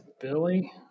Billy